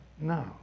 No